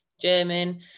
german